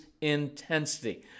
intensity